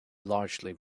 largely